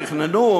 תכננו,